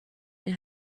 این